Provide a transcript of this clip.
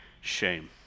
shame